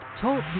Talk